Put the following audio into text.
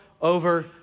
over